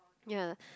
ya